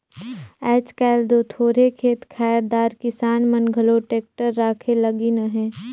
आएज काएल दो थोरहे खेत खाएर दार किसान मन घलो टेक्टर राखे लगिन अहे